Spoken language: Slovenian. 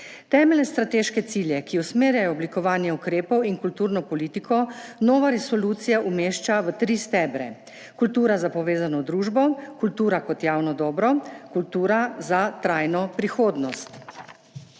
Temeljne strateške cilje, ki usmerjajo oblikovanje ukrepov in kulturno politiko, nova resolucija umešča v tri stebre: kultura za povezano družbo, kultura kot javno dobro, kultura za trajno prihodnost.